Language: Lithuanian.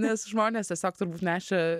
nes žmonės tiesiog turbūt nešė